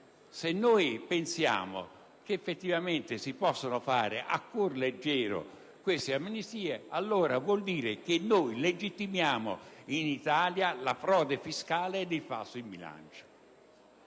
Se pensiamo che effettivamente si possano attuare a cuor leggero queste amnistie vuol dire che legittimiamo in Italia la frode fiscale e il falso in bilancio,